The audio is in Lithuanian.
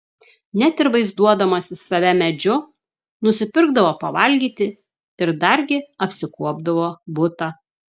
net ir vaizduodamasis save medžiu nusipirkdavo pavalgyti ir dargi apsikuopdavo butą